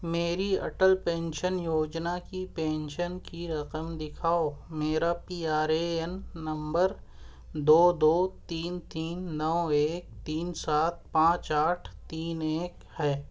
میری اٹل پینشن یوجنا کی پینشن کی رقم دکھاؤ میرا پی آر اے این نمبر دو دو تین تین نو ایک تین سات پانچ آٹھ تین ایک ہے